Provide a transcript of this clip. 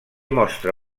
mostra